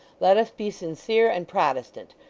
let us be sincere and protestant,